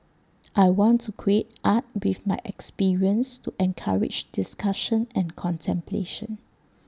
I want to create art with my experience to encourage discussion and contemplation